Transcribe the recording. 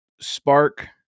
Spark